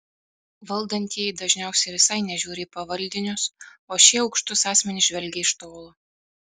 valdantieji dažniausiai visai nežiūri į pavaldinius o šie į aukštus asmenis žvelgia iš tolo